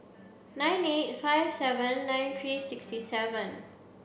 nine eight five seven nine three six seven